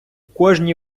кожній